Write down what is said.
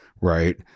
right